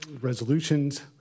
resolutions